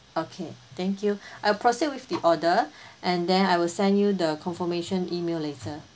okay thank you I proceed with the order and then I will send you the confirmation email later